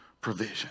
provision